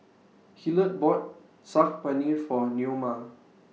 Hillard bought Saag Paneer For Neoma